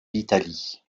l’italie